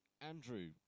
Andrew